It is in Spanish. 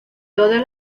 todas